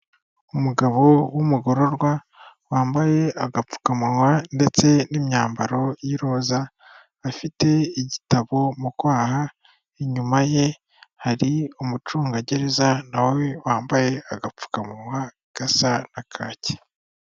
Umugabo w'umugororwa wambaye agapfukamunwa ndetse n'imyambaro y'iroza afite igitabo mu kwaha inyuma ye hari umucungagereza na we wambaye agapfukamunwa gasa na kake.